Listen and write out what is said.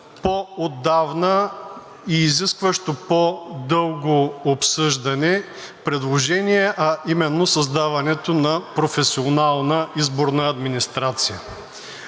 към едно изискващо по-дълго обсъждане предложение, а именно създаването на професионална изборна администрация.